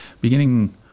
Beginning